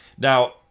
Now